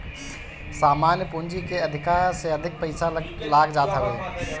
सामान्य पूंजी के अधिका से अधिक पईसा लाग जात हवे